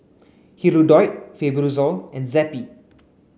Hirudoid Fibrosol and Zappy